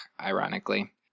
ironically